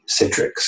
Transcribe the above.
Citrix